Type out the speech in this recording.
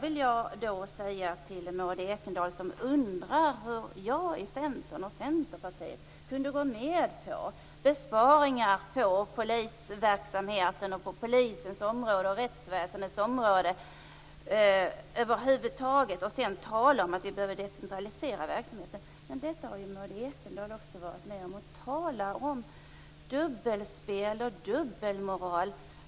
Maud Ekendahl undrar hur jag och Centern kunde gå med på besparingar i polisverksamheten och på polisens och rättsväsendets område över huvud taget, och sedan tala om att vi behöver decentralisera verksamheten. Men detta har ju Maud Ekendahl också varit med om. Tala om dubbelspel och dubbelmoral!